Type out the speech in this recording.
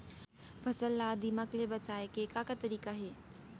फसल ला दीमक ले बचाये के का का तरीका हे?